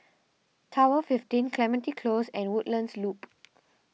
Tower fifteen Clementi Close and Woodlands Loop